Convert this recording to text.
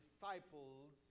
disciples